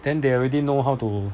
then they already know how to